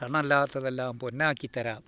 കണ്ണെല്ലാത്തതെല്ലാം പൊന്നാക്കിത്തരാം